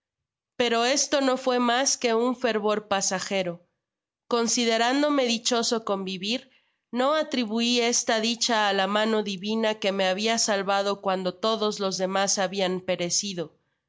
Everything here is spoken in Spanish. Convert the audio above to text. pero esto no fué mas que un fervor pasagero considerándome dichoso con vivir no atribui esta dicha á la mano divina queme había salvado cuando todos los demás habian perecido